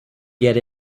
get